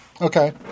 Okay